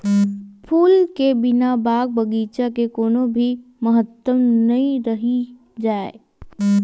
फूल के बिना बाग बगीचा के कोनो भी महत्ता नइ रहि जाए